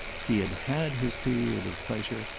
he had had his period of pleasure,